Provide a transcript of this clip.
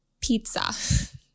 pizza